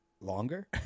longer